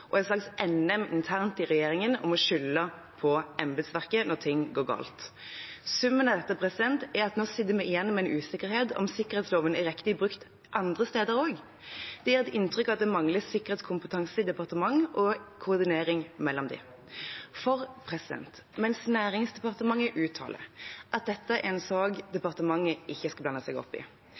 og et slags NM internt i regjeringen om å skylde på embetsverket når ting går galt. Summen av dette er at nå sitter vi igjen med en usikkerhet om sikkerhetsloven er riktig brukt andre steder også. Det gir et inntrykk av at det mangler sikkerhetskompetanse i departement og koordinering mellom dem. For mens Næringsdepartementet uttaler at dette er en sak departementet ikke skal blande seg opp i,